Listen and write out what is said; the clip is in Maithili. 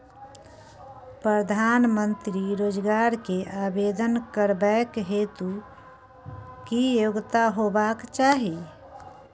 प्रधानमंत्री रोजगार के आवेदन करबैक हेतु की योग्यता होबाक चाही?